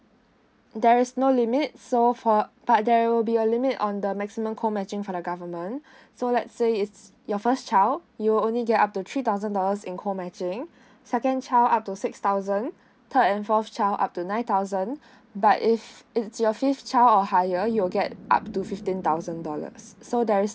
there is no limit so for but there will be a limit on the maximum co matching from the government so lets say it's your first child you'll only get up to three thousand dollars in co matching second child up to six thousand third and fourth child up to nine thousand but if it's your fifth child or higher you'll get up to fifteen thousand dollars so there is